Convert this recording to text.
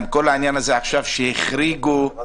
גם כל העניין שהחריגו את